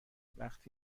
وقتی